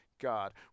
God